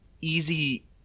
easy